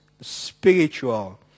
spiritual